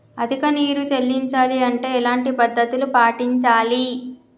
అధిక నీరు అందించాలి అంటే ఎలాంటి పద్ధతులు పాటించాలి?